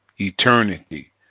eternity